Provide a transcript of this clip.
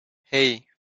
hei